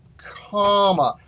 comma.